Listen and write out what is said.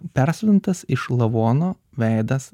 persodintas iš lavono veidas